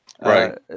right